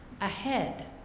ahead